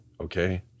Okay